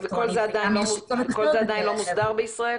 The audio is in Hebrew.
וכל זה עדיין לא מוסדר בישראל